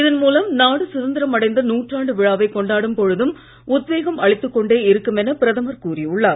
இதன் மூலம் நாடு சுதந்திரம் அடைந்த நூற்றாண்டு விழாவை கொண்டாடும் பொழுதும் உத்வேகம் அளித்துக் கொண்டே இருக்கும் என பிரதமர் கூறி உள்ளார்